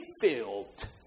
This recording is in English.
filled